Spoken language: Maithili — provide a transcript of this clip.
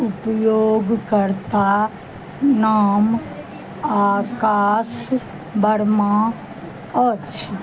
उपयोगकर्ताके नाम आकाश वर्मा अछि